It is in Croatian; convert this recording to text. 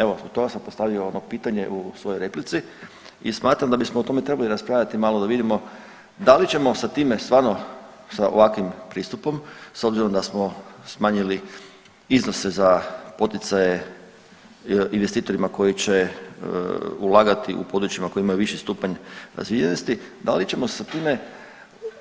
Evo, zbog toga sam postavio ono pitanje u svojoj replici i smatram da bismo o tome trebali raspravljati malo da vidimo da li ćemo sa time stvarno, sa ovakvim pristupom s obzirom da smo smanjili iznose za poticaje investitorima koji će ulagati u područjima koji imaju viši stupanj razvijenosti, da li ćemo sa time